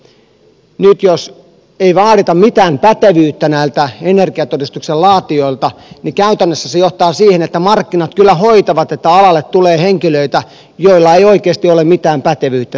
nyt jos ei vaadita mitään pätevyyttä näiltä energiatodistuksen laatijoilta käytännössä se johtaa siihen että markkinat kyllä hoitavat että alalle tulee henkilöitä joilla ei oikeasti ole mitään pätevyyttä siihen